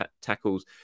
tackles